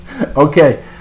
okay